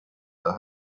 the